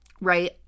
right